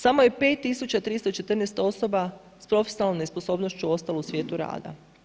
Samo je 5314 osoba s profesionalnom nesposobnošću ostalo u svijetu rada.